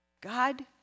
God